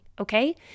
okay